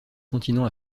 continent